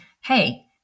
hey